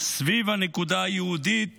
סביב הנקודה היהודית